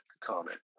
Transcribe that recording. comment